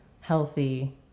healthy